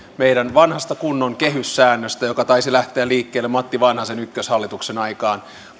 meidän vanhasta kunnon kehyssäännöstämme joka taisi lähteä liikkeelle matti vanhasen ykköshallituksen aikaan